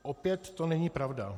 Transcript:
Opět to není pravda.